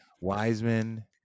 Wiseman